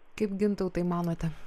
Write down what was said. kaip gintautai manote